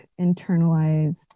internalized